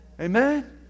Amen